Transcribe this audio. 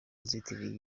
kuzitira